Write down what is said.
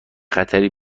خطری